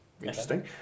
Interesting